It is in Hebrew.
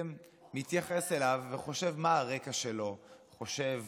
שמתייחס אליו, חושב מה הרקע שלו, חושב